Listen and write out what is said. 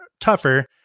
tougher